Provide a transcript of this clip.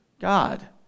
God